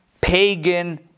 pagan